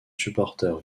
supporters